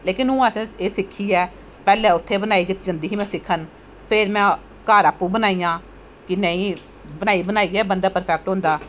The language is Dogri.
हून हून अज्ज एह् सिक्खियै पैह्लैं उत्थें बनाई जंदी ही में सिक्खन फिर में उत्थें फिर में घर आपूं बनाईयां कि नेंई बनाई बनाईयै बंदा प्रफैक्ट होंदा